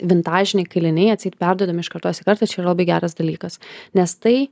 vintažiniai kailiniai atseit perduodami iš kartos į kartą čia yra labai geras dalykas nes tai